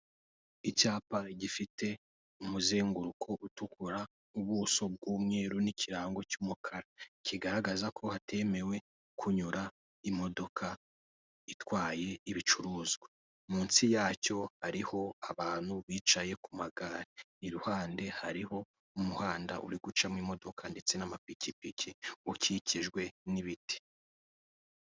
Icyapa gifite umuzenguruko utukura, ubuso bw'umweru, n'ikirango cy'umukara, kigaragaza ko hatemewe kunyura imodoka itwaye ibicuruzwa. munsi yacyo hariho abantu bicaye ku magare iruhande hariho umuhanda uri gucamo imodoka, ndetse n'amapikipiki ukikijwe n'ibiti.